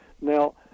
Now